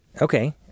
Okay